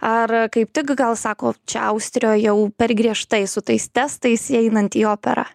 ar kaip tik gal sako čia austrijoj jau per griežtai su tais testais įeinant į operą